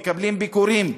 מקבלים ביקורים,